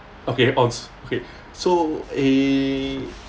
okay onz okay so eh